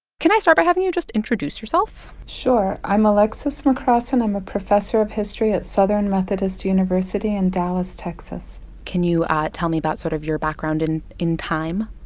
can i start by having you just introduce yourself? sure. i'm alexis mccrossen. i'm a professor of history at southern methodist university in dallas, texas can you tell me about sort of your background in in time?